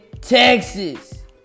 Texas